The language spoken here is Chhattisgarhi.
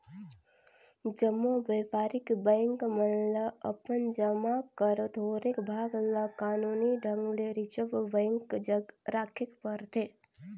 जम्मो बयपारिक बेंक मन ल अपन जमा कर थोरोक भाग ल कानूनी ढंग ले रिजर्व बेंक जग राखेक परथे